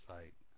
Site